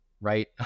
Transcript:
right